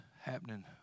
happening